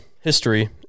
history